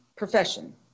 profession